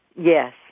Yes